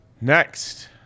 next